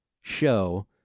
show